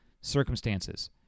circumstances